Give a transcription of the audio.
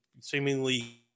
seemingly